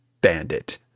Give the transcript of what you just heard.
Bandit